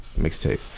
mixtape